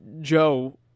Joe